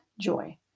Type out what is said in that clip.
joy